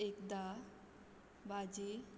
एकदां भाजी